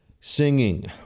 singing